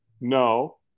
No